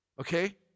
Okay